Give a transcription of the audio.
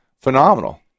phenomenal